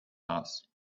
house